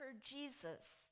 jesus